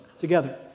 together